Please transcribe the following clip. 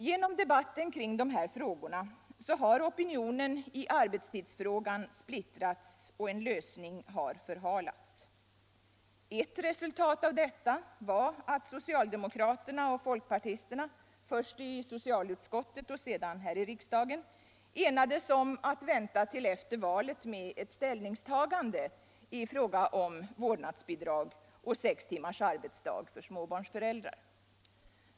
Genom debatten kring de förslagen har opinionen i arbetstidsfrågan splittrats och en lösning förhalats. Ett resultat av detta var att socialdemokraterna och folkpartisten först i socialutskottet och sedan här i kammaren enades om att vänta till efter valet med ett ställningstagande i debatten om vårdnadsbidrag och sex timmars arbetsdag för småbarnsföräldrar.